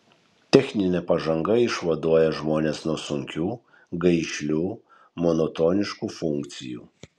techninė pažanga išvaduoja žmones nuo sunkių gaišlių monotoniškų funkcijų